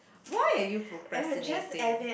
why are you procrastinating